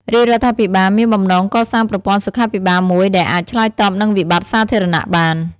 រាជរដ្ឋាភិបាលមានបំណងកសាងប្រព័ន្ធសុខាភិបាលមួយដែលអាចឆ្លើយតបនឹងវិបត្តិសាធារណៈបាន។